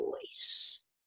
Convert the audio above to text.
voice